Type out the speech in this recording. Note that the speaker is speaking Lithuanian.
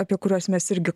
apie kuriuos mes irgi